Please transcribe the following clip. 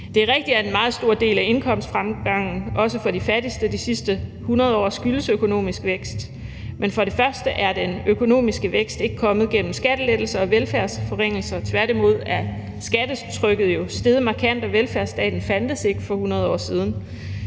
Det er rigtigt, at en meget stor del af indkomstfremgangen også for de fattigste de sidste 100 år skyldes økonomisk vækst. Men den økonomiske vækst er ikke kommet gennem skattelettelser og velfærdsforringelser, tværtimod er skattetrykket jo steget markant, og velfærdsstaten fandtes ikke for 100 år siden.